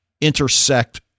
intersect